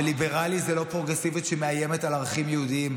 וליברליות זה לא פרוגרסיביות שמאיימת על ערכים יהודיים.